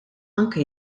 anke